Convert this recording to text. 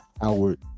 Howard